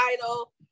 title